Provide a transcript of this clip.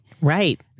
Right